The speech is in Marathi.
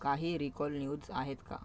काही रिकॉल न्यूज आहेत का